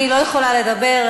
אני לא יכולה לדבר,